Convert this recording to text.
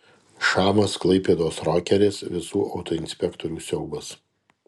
šamas klaipėdos rokeris visų autoinspektorių siaubas